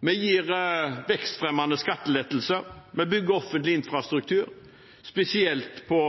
vi gir vekstfremmende skattelettelser, vi bygger offentlig infrastruktur – spesielt på